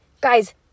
Guys